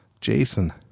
Jason